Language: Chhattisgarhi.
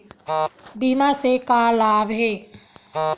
बीमा से का लाभ हे?